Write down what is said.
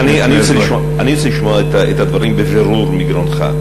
אני רוצה לשמוע את הדברים בבירור מגרונך.